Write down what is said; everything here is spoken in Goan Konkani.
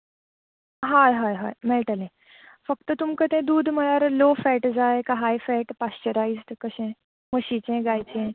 हय हय हय मेळटलें फक्त तुमकां दूद म्हळ्यार लो फेट जाय कांय हाय फेट पाच्शेंराय तें कशें म्हशींचें गायचें